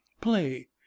play